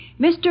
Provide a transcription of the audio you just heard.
mr